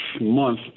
month